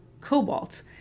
cobalt